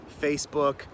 Facebook